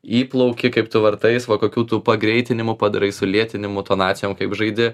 įplauki kaip tu vartais va kokių tų pagreitinimų padarai sulėtinimų tonacijom kaip žaidi